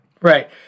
Right